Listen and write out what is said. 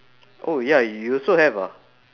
oh ya you also have ah